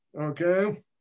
okay